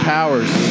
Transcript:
Powers